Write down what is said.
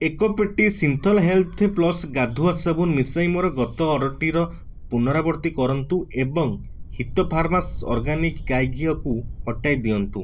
ଏକ ପେଟି Cinthol health plus ଗାଧୁଆ ସାବୁନ ମିଶାଇ ମୋର ଗତ ଅର୍ଡ଼ର୍ଟିର ପୁନରାବୃତ୍ତି କରନ୍ତୁ ଏବଂ ହିତଫାର୍ମସ୍ ଅର୍ଗାନିକ୍ ଗାଈ ଘିଅକୁ ହଟାଇ ଦିଅନ୍ତୁ